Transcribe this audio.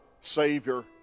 Savior